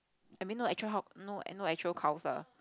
I mean no actual how~ no actual cows lah